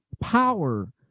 power